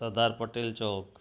सरदार Patel चौक